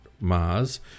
Mars